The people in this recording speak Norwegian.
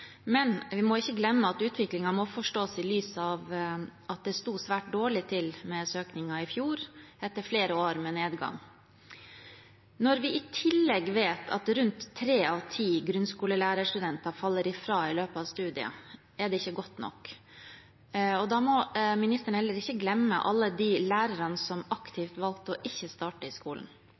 lys av at det sto svært dårlig til med søkingen i fjor, etter flere år med nedgang. Når vi i tillegg vet at rundt tre av ti grunnskolelærerstudenter faller fra i løpet av studiet, er det ikke godt nok. Da må ministeren heller ikke glemme alle de lærerne som aktivt valgte ikke å starte i skolen. Hvis man tar med disse, ser vi at bare om lag 64 pst. av alle nyutdannede jobber som lærere i skolen